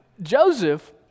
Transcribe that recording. Joseph